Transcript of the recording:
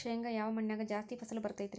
ಶೇಂಗಾ ಯಾವ ಮಣ್ಣಿನ್ಯಾಗ ಜಾಸ್ತಿ ಫಸಲು ಬರತೈತ್ರಿ?